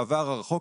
בעבר הרחוק,